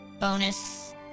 bonus